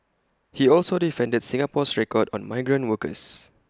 he also defended Singapore's record on migrant workers